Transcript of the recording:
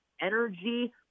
energy